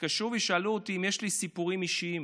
התקשרו ושאלו אותי אם יש לי סיפורים אישיים